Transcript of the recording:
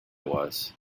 was